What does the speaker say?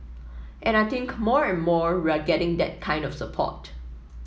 and I think more and more we are getting that kind of support